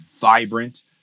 vibrant